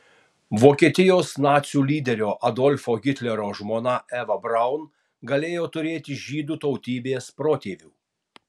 vokietijos nacių lyderio adolfo hitlerio žmona eva braun galėjo turėti žydų tautybės protėvių